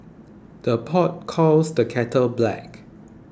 the pot calls the kettle black